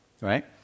right